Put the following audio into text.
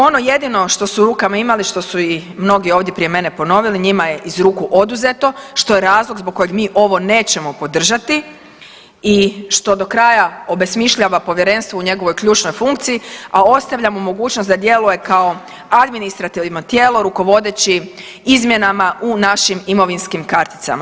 Ono jedino što su u rukama imali, što su i mnogi ovdje prije mene ponovili, njima je iz ruku oduzeto, što je razlog zbog kojeg mi ovo nećemo podržati i što do kraja obesmišljava povjerenstvo u njegovoj ključnoj funkciji, a ostavlja mu mogućnost da djeluje kao administrativno tijelo rukovodeći izmjenama u našim imovinskim karticama.